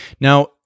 Now